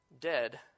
Dead